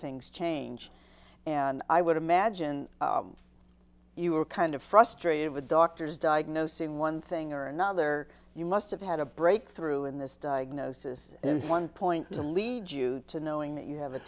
things change and i would imagine you were kind of frustrated with doctors diagnosing one thing or another you must have had a breakthrough in this diagnosis and one point lead you to knowing that you have a